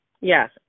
Yes